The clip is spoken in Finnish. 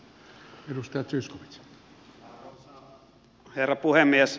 arvoisa herra puhemies